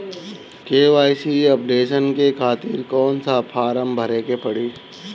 KYC updation के खातिर कौन सा फारम भरे के पड़ी?